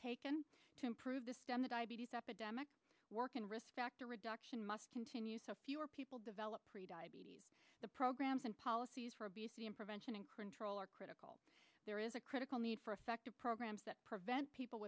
taken to improve the diabetes epidemic work and risk factor reduction must continue so fewer people develop pre diabetes the programs and policies for obesity prevention and control are critical there is a critical need for effective programs that prevent people